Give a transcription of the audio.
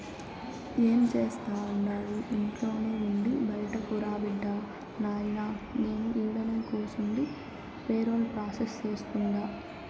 ఏం జేస్తండావు ఇంట్లోనే ఉండి బైటకురా బిడ్డా, నాయినా నేను ఈడనే కూసుండి పేరోల్ ప్రాసెస్ సేస్తుండా